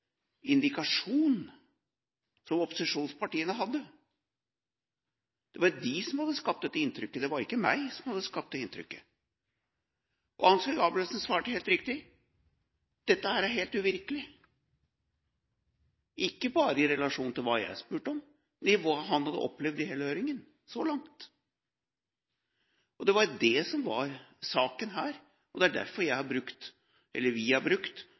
som opposisjonspartiene hadde. Det var de som hadde skapt dette inntrykket, det var ikke jeg som hadde skapt det inntrykket. Ansgar Gabrielsen svarte, helt riktig, at dette var helt uvirkelig – ikke bare i relasjon til hva jeg spurte om, men til hva han hadde opplevd i hele høringen så langt. Det var det som var saken her, og det er derfor vi har brukt Gabrielsens sitat i innstillingen, og jeg har brukt